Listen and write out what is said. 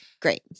great